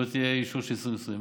לא יהיה אישור של 2020,